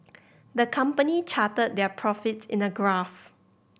the company charted their profits in a graph